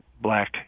black